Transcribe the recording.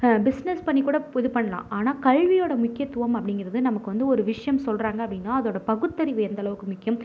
business பண்ணிக்கூட இது பண்ணலாம் ஆனால் கல்வியோடய முக்கியத்துவம் அப்படிங்கிறது நமக்கு வந்து ஒரு விஷயம் சொல்கிறாங்க அப்படினா அதோடய பகுத்தறிவு எந்தளவுக்கு முக்கியம்